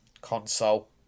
console